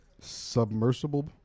submersible